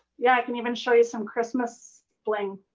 yeah, i can even show you some christmas bling,